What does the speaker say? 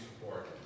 support